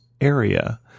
area